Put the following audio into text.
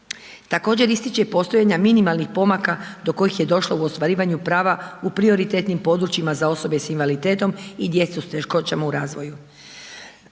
Također ističe postojanje minimalnih pomaka, do kojih je došlo u ostvarivanju prava u prioritetnim područjima za osobe s invaliditetom i djecu s teškoćama u razvoju.